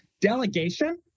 Delegation